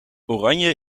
oranje